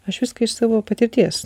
aš viską iš savo patirties